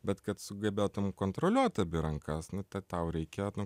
bet kad sugebėtum kontroliuoti abi rankas nu ta tau reikėtų